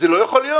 זה לא יכול להיות.